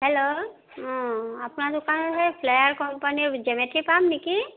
hello অঁ আপোনাৰ দোকানত সেই ফ্লেয়াৰ কোম্পানীৰ জেমেটি পাম নেকি